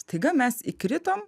staiga mes įkritom